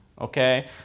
Okay